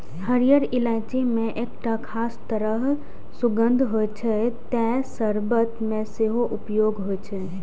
हरियर इलायची मे एकटा खास तरह सुगंध होइ छै, तें शर्बत मे सेहो उपयोग होइ छै